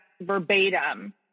verbatim